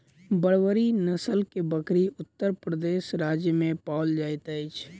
बर्बरी नस्ल के बकरी उत्तर प्रदेश राज्य में पाओल जाइत अछि